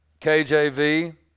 KJV